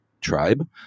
tribe